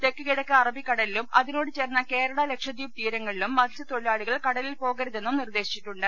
തെക്ക് കിഴക്ക് അറബിക്കടലിലും ആതിനോട് ചേർന്ന കേരള ലക്ഷ്യദ്വീപ് തീരങ്ങളിലും മത്സ്യത്തൊഴ്ചിലാളികൾ കടലിൽ പോകരുതെന്നും നിർദേശിച്ചിട്ടുണ്ട്